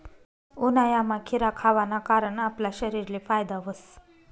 उन्हायामा खीरा खावाना कारण आपला शरीरले फायदा व्हस